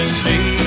see